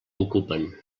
ocupen